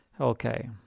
Okay